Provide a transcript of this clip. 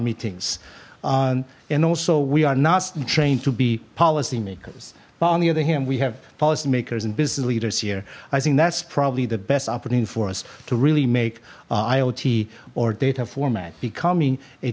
meetings and also we are not trained to be policy makers but on the other hand we have policy makers and business leaders here i think that's probably the best opportunity for us to really make iot or data format becoming a